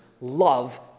love